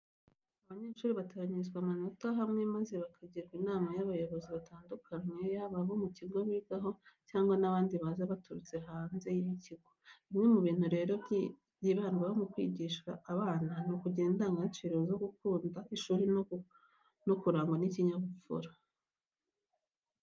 Abanyeshuri bateranyirizwa hamwe maze bakagirwa inama n'abayobozi batandukanye yaba abo mu kigo bigaho cyangwa n'abandi baba baturutse hanze y'ikigo. Bimwe mu bintu rero byibandwaho mu kwigisha aba bana, ni ukugira indangagaciro zo gukunda ishuri no kurangwa n'ikinyabupfura.